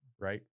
right